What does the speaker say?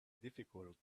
difficult